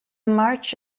march